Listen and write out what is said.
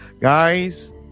guys